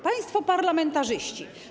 Państwo Parlamentarzyści!